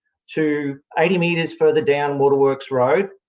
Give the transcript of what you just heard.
to eighty metres further down waterworks road,